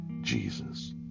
Jesus